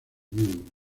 miembros